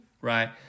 right